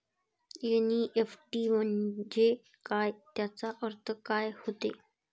NEFT म्हंजे काय, त्याचा अर्थ काय होते?